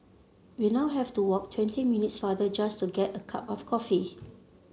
we now have to walk twenty minutes farther just to get a cup of coffee